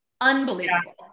Unbelievable